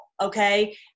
Okay